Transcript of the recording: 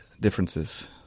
differences